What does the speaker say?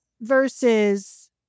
versus